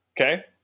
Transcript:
Okay